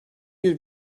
bir